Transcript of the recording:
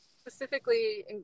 specifically